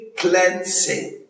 cleansing